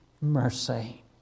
mercy